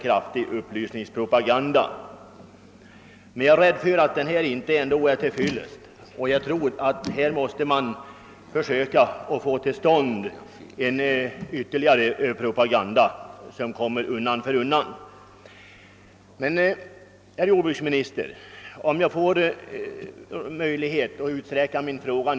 Jag är emellertid rädd för att den ändå inte är till fyllest — den måste undan för undan intensifieras. Jag vill emellertid begagna tillfället att något utvidga min fråga.